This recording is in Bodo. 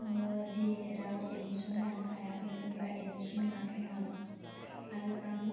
आङो डिएलएडआव एडिमसन लानो हायाखैमोन एबा एडमिसन मोनाखैमोन आरो आं